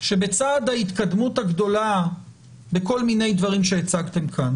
שבצד ההתקדמות הגדולה בכל מיני דברים שהצגתם כאן